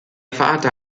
vater